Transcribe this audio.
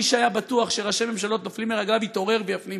שהאיש שהיה בטוח שראשי ממשלות נופלים לרגליו יתעורר ויפנים